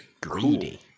greedy